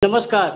नमस्कार